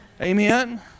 Amen